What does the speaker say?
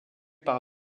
par